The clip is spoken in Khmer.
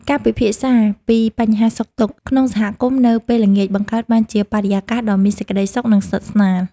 ការពិភាក្សាគ្នាពីបញ្ហាសុខទុក្ខក្នុងសហគមន៍នៅពេលល្ងាចបង្កើតបានជាបរិយាកាសដ៏មានសេចក្តីសុខ និងស្និទ្ធស្នាល។